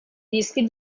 rischi